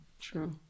True